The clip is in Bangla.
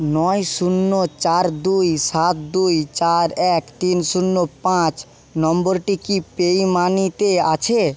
নয় শূন্য চার দুই সাত দুই চার এক তিন শূন্য পাঁচ নম্বরটি কি পেইউমানিতে আছে